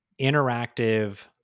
interactive